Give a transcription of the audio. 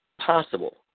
possible